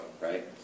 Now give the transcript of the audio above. Right